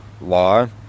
law